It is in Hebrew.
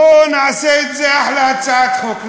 בואו נעשה את זה אחלה הצעת חוק,